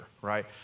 right